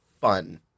fun